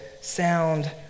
sound